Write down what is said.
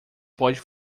pode